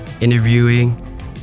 interviewing